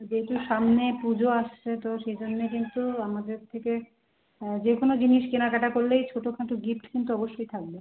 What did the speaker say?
যেহেতু সামনে পুজো আসছে তো সেই জন্যে কিন্তু আমাদের থেকে যে কোনো জিনিস কেনাকাটা করলেই ছোটো খাটো গিফ্ট কিন্তু অবশ্যই থাকবে